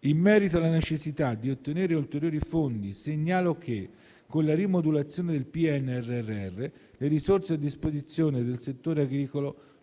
In merito alla necessità di ottenere ulteriori fondi, segnalo che con la rimodulazione del PNNR le risorse a disposizione del settore agricolo